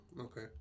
Okay